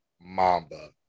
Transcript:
Mamba